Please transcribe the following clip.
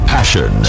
Passion